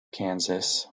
kansas